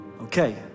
Okay